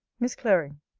miss clary,